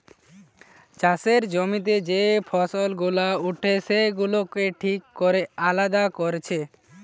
চাষের জমিতে যে ফসল গুলা উঠে সেগুলাকে ঠিক কোরে আলাদা কোরছে